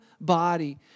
body